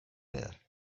behar